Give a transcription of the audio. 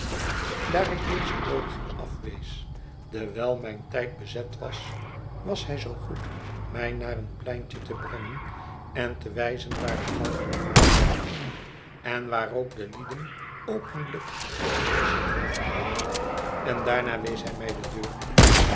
daar ik deze noodiging afwees dewijl mijn tijd bezet was was hij zoo goed mij naar een pleintje te brengen en te wijzen waar de galg bewaard werd en waar ook de lieden openlijk gegeeseld werden en daarna wees hij mij de deur